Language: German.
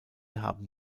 haben